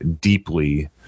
deeply